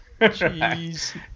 Jeez